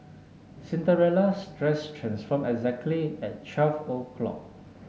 Cinderella's dress transformed exactly at twelve o'clock